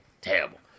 terrible